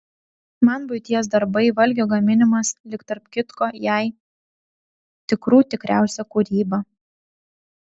man buities darbai valgio gaminimas lyg tarp kitko jai tikrų tikriausia kūryba